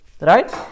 Right